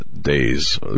days